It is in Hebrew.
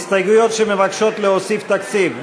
הסתייגויות שמבקשות להוסיף תקציב.